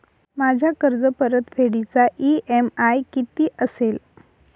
माझ्या कर्जपरतफेडीचा इ.एम.आय किती असेल?